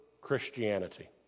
Christianity